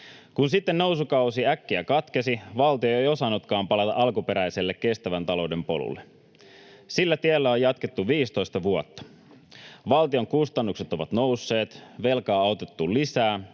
Kun sitten nousukausi äkkiä katkesi, valtio ei osannutkaan palata alkuperäiselle kestävän talouden polulle. Sillä tiellä on jatkettu 15 vuotta. Valtion kustannukset ovat nousseet. Velkaa otettu lisää.